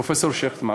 פרופסור שכטמן,